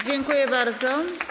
Dziękuję bardzo.